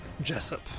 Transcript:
Jessup